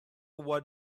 what